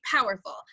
powerful